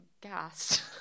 gassed